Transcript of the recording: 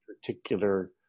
particular